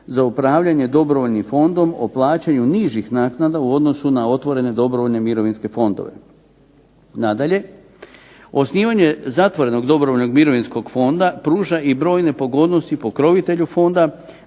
za upravljanje dobrovoljnim fondom o plaćanju nižih naknada u odnosu na otvorene dobrovoljne mirovinske fondove. Nadalje, osnivanje zatvorenog dobrovoljnog Mirovinskog fonda pruža i brojne pogodnosti pokrovitelju fonda